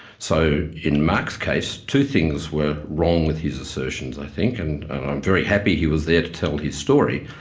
so in mark's case, two things were wrong with his assertions i think, and i'm very happy he was there to tell his story,